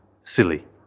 silly